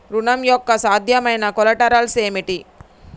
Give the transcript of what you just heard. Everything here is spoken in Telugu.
ఋణం యొక్క సాధ్యమైన కొలేటరల్స్ ఏమిటి?